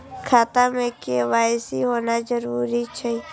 खाता में के.वाई.सी होना जरूरी छै?